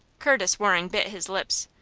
curtis waring bit his lips.